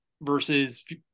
versus –